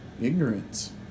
ignorance